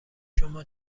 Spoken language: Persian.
شما